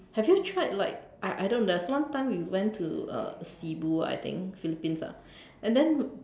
have you tried like I I know there is this one time where we went to uh Cebu ah I think Philippines ah and then